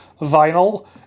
vinyl